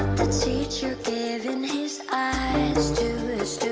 the teacher giving his eyes to